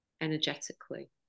energetically